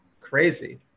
crazy